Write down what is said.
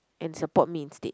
and support me instead